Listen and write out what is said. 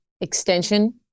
extension